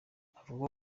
avuga